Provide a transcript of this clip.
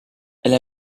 elle